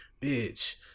Bitch